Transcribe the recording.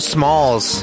Smalls